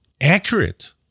accurate